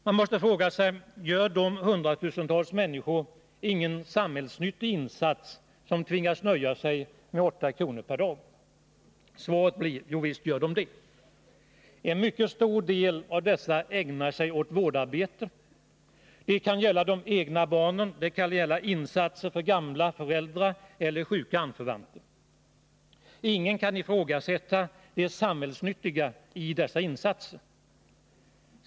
Man måste fråga sig: Gör de hundratusentals människor som tvingas nöja sig med 8 kr. per dag ingen samhällelig insats? Svaret blir: Jo, visst gör de det. En mycket stor del av dessa ägnar sig åt vårdarbete. Det kan gälla de egna barnen. Det kan gälla insatser för gamla föräldrar eller sjuka anförvanter. Ingen kan ifrågasätta det samhällsnyttiga i dessa insatser.